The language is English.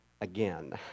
again